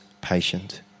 patient